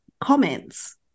comments